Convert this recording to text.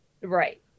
right